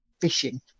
fishing